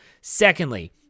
Secondly